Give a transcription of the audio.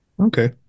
Okay